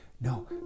No